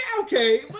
okay